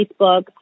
Facebook